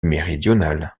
méridional